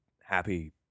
happy